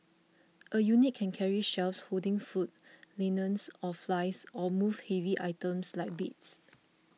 a unit can carry shelves holding food linens or files or move heavy items like beds